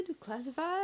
classified